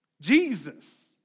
Jesus